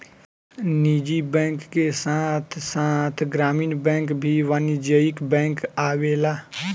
निजी बैंक के साथ साथ ग्रामीण बैंक भी वाणिज्यिक बैंक आवेला